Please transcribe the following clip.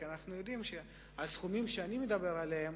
כי אנחנו יודעים שהסכומים שאני מדבר עליהם